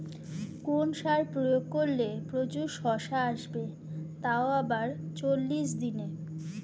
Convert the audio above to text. কোন সার প্রয়োগ করলে প্রচুর শশা আসবে তাও আবার চল্লিশ দিনে?